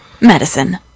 Medicine